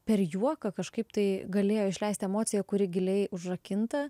per juoką kažkaip tai galėjo išleisti emociją kuri giliai užrakinta